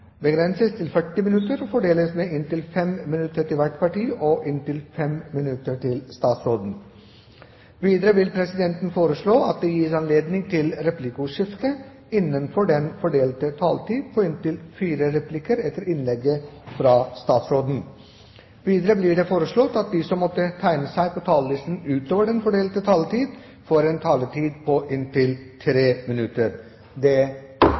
begrenses til 40 minutter og fordeles med inntil 5 minutter til hvert parti og inntil 5 minutter til statsråden. Videre vil presidenten foreslå at det gis anledning til replikkordskifte på inntil fire replikker etter innlegget fra statsråden innenfor den fordelte taletid. Videre blir det foreslått at de som måtte tegne seg på talerlisten utover den fordelte taletid, får en taletid på inntil 3 minutter. – Det